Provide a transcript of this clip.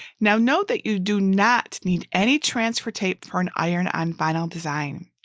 now note that you do not need any transfer tape for an iron-on vinyl design.